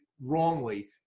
wrongly